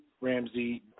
Ramsey